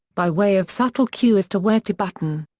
by way of subtle cue as to where to button.